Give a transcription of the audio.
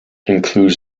include